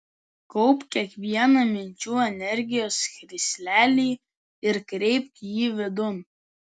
kaupk kiekvieną minčių energijos krislelį ir kreipk jį vidun